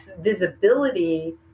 visibility